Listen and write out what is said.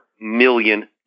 million